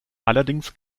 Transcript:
allerdings